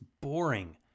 boring